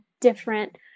different